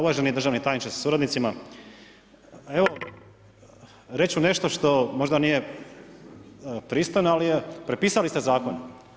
Uvaženi državni tajniče sa suradnicima, reći ću nešto što možda nije pristojno, ali je, prepisali ste Zakon.